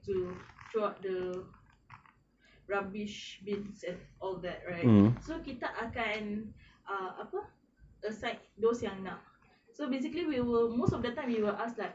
know the rubbish bin all that right err so kita again ah upper aside those ya not so basically we will most of the time we will ask like